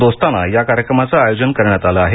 दोस्ताना या कार्यक्रमाचे आयोजन करण्यात आले आहे